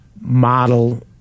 model